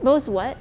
most [what]